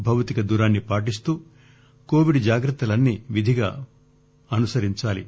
భౌతిక దూరాన్ని పాటిస్తూ కోవిడ్ జాగ్రత్తలన్నీ విధిగా పాటించాలి